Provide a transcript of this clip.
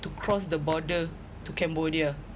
to cross the border to cambodia